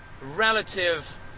relative